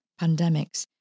pandemics